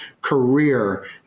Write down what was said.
career